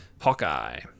Hawkeye